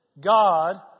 God